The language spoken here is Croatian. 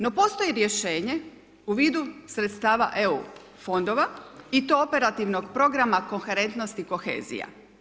No postoji rješenje u vidu sredstava EU fondova i to operativnog programa koherentnost i kohezija.